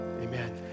Amen